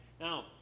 Now